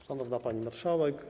Szanowna Pani Marszałek!